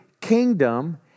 kingdom